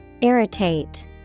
Irritate